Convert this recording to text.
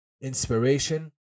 inspiration